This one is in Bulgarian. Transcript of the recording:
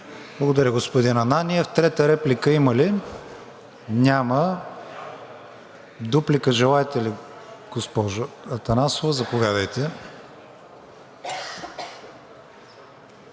Благодаря, господин Ананиев. Трета реплика има ли? Няма. Дуплика желаете ли, госпожо Атанасова? Заповядайте.